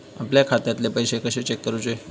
आपल्या खात्यातले पैसे कशे चेक करुचे?